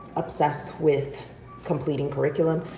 obsessed with completing curriculum.